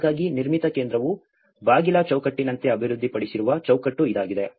ಹಾಗಾಗಿ ನಿರ್ಮಿತಿ ಕೇಂದ್ರವು ಬಾಗಿಲ ಚೌಕಟ್ಟಿನಂತೆ ಅಭಿವೃದ್ಧಿಪಡಿಸಿರುವ ಚೌಕಟ್ಟು ಇದಾಗಿದೆ